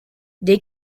they